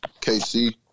KC –